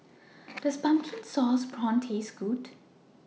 Does Pumpkin Sauce Prawns Taste Good